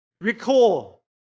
recall